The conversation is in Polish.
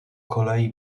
kolei